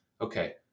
okay